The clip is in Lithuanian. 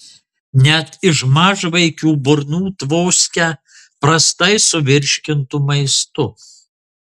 net iš mažvaikių burnų tvoskia prastai suvirškintu maistu